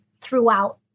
throughout